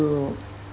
you